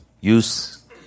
Use